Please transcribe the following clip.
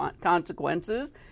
consequences